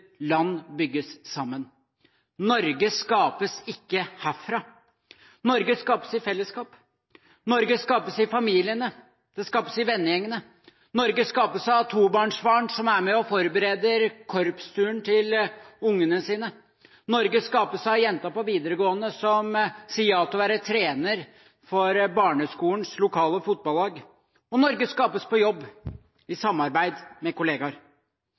land bygges sammen. Norge skapes ikke herfra. Norge skapes i fellesskap. Norge skapes i familiene og i vennegjengene. Norge skapes av tobarnsfaren som er med og forbereder korpsturen til ungene sine. Norge skapes av jenta på videregående, som sier ja til å være trener for den lokale barneskolens fotballag, og Norge skapes på jobb i samarbeid med